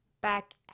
back